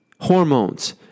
hormones